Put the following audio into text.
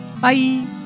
Bye